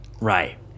Right